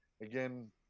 Again